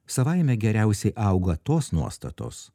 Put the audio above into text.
savaime geriausiai auga tos nuostatos